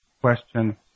question